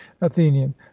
athenian